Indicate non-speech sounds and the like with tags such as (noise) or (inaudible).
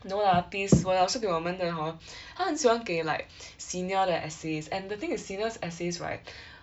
no lah please 我老师给我们的 hor (breath) 他很喜欢给 (breath) senior 的 essays and the thing is senior's essays right (breath)